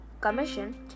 commission